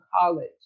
college